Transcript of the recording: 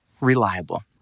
reliable